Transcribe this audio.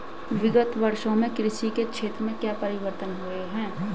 विगत वर्षों में कृषि के क्षेत्र में क्या परिवर्तन हुए हैं?